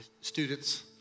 Students